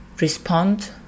respond